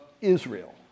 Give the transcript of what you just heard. Israel